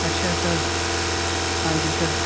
ਅੱਛਾ ਸਰ ਹਾਂਜੀ ਸਰ